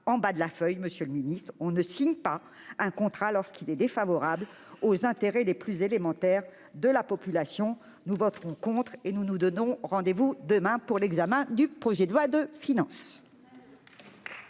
en bas de la feuille, monsieur le ministre ! On ne signe pas un contrat lorsqu'il est défavorable aux intérêts les plus élémentaires de la population. Nous voterons donc contre ce texte, en vous donnant rendez-vous demain pour l'examen du projet de loi de finances